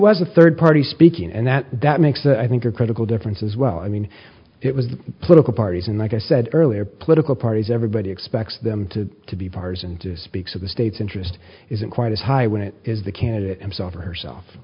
the third party speaking and that that makes i think a critical difference as well i mean it was political parties and like i said earlier political parties everybody expects them to to be bars and speaks of the state's interest isn't quite as high when it is the candidate himself or herself